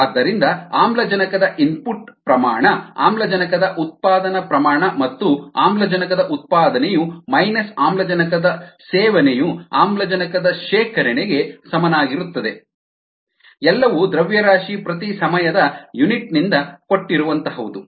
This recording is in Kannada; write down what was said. ri rorg rcddt ಆದ್ದರಿಂದ ಆಮ್ಲಜನಕದ ಇನ್ಪುಟ್ ಪ್ರಮಾಣ ಆಮ್ಲಜನಕದ ಉತ್ಪಾದನಾ ಪ್ರಮಾಣ ಮತ್ತು ಆಮ್ಲಜನಕದ ಉತ್ಪಾದನೆಯು ಮೈನಸ್ ಆಮ್ಲಜನಕದ ಸೇವನೆಯು ಆಮ್ಲಜನಕದ ಶೇಖರಣೆಗೆ ಸಮನಾಗಿರುತ್ತದೆ ಎಲ್ಲವೂ ದ್ರವ್ಯರಾಶಿ ಪ್ರತಿ ಸಮಯದ ಯೂನಿಟ್ ನಿಂದ ಕೊಟ್ಟಿರುವಂಥಹುದು